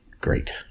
great